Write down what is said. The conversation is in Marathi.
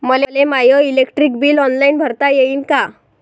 मले माय इलेक्ट्रिक बिल ऑनलाईन भरता येईन का?